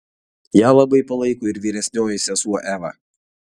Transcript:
ją labai palaiko ir vyresnioji sesuo eva